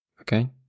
okay